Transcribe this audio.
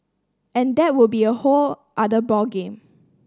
and that will be a whole other ball game